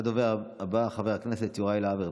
הדובר הבא, חבר הכנסת יוראי להב הרצנו.